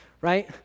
right